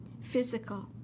physical